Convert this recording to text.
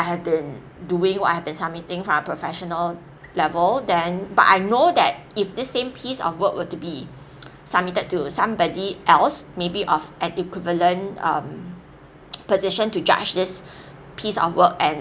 I have been doing what I have been submitting for my professional level then but I know that if this same piece of work were to be submitted to somebody else maybe of an equivalent um position to judge this piece of work and